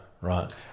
right